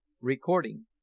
recording